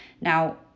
Now